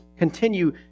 Continue